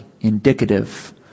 indicative